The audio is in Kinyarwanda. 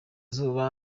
izuba